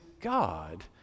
God